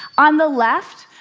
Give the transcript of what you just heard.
on the left,